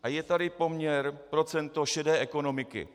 A je tady poměr, procento šedé ekonomiky.